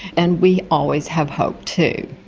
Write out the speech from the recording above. and we always have hope too.